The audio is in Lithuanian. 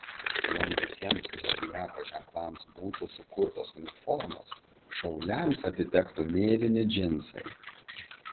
jei visiems zodiako ženklams būtų sukurtos uniformos šauliams atitektų mėlyni džinsai